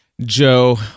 Joe